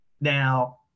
Now